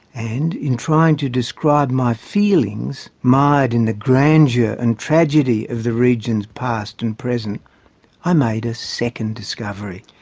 and in trying to describe my feelings mired in the grandeur and tragedy of the region's past and present i made a second discovery.